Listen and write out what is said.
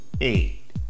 Eight